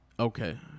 Okay